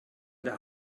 der